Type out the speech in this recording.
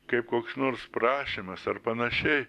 kaip koks nors prašymas ar panašiai